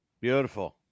Beautiful